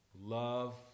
Love